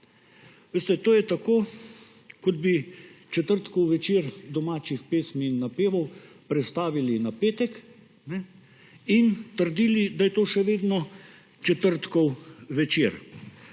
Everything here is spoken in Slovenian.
to je tako, kot bi četrtkov večer domačih pesmi in napevov prestavili na petek in trdili, da je to še vedno četrtkov večer.